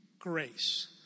Grace